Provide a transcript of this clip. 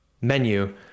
menu